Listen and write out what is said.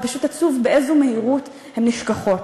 ופשוט עצוב לראות באיזו מהירות הן נשכחות.